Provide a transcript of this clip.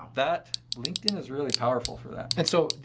that. linkedin is really powerful for that. and so,